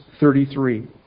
33